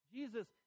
Jesus